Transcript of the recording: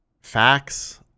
facts